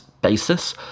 basis